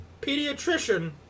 pediatrician